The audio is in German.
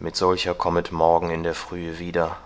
mit solcher kommet morgen in der frühe wieder